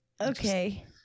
okay